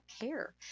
care